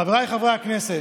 חבריי חברי הכנסת,